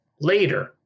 later